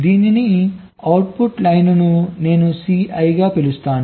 దీని output line ను నేను Cl అని పిలుస్తాను